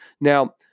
Now